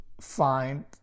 find